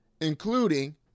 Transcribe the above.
Including